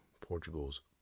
Portugal's